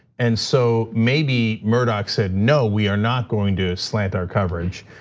and so maybe murdoch said no, we are not going to slant our coverage.